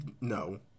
no